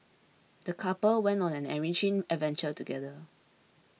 the couple went on an enriching adventure together